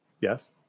Yes